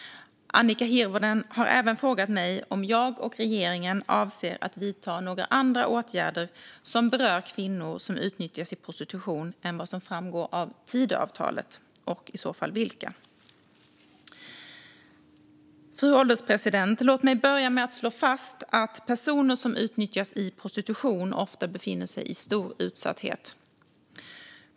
Annika Hirvonen har även frågat mig om jag och regeringen avser att vidta några andra åtgärder som berör kvinnor som utnyttjas i prostitution än vad som framgår av Tidöavtalet, och i så fall vilka. Fru ålderspresident! Låt mig börja med att slå fast att personer som utnyttjas i prostitution ofta befinner sig i stor utsatthet.